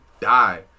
die